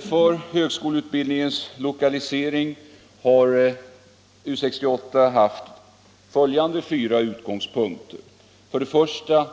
För högskoleutbildningens lokalisering har U 68 haft följande fyra utgångspunkter: 2.